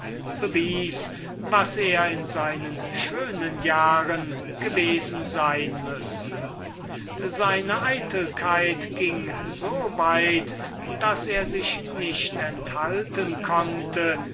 was er in seinen schönen jahren gewesen sein müsse seine eitelkeit ging so weit daß er sich nicht enthalten konnte